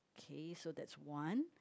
okay so that's one